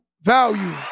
value